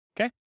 Okay